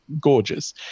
gorgeous